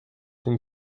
than